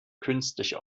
künstliche